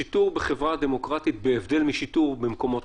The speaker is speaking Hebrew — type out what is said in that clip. שיטור בחברה דמוקרטית בהבדל משיטור במקומות